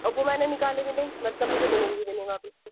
اب وہ میں نے نکالے بھی نہیں مطلب مجھے ملیں گے بھی نہیں واپس وہ